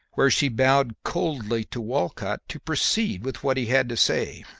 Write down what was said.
where she bowed coldly to walcott to proceed with what he had to say.